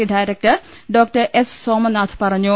C director doctor S Somanath പറഞ്ഞു